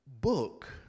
book